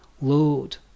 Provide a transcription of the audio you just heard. Lord